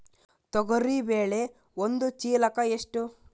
ತೊಗರಿ ಬೇಳೆ ಒಂದು ಚೀಲಕ ಎಷ್ಟು?